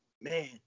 man